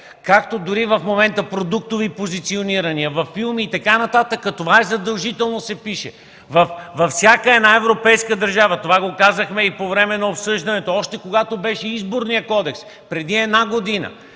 както са в момента продуктовите позиционирания – във филми и така нататък, това задължително се пише! Във всяка една европейска държава! Това го казахме и по време на обсъждането, още когато беше Изборният кодекс, преди една година